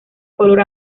color